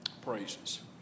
praises